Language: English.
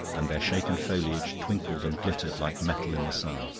and their shaken foliage twinkled and glittered like metal in the sun.